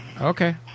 Okay